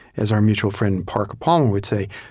as our mutual friend parker palmer would say,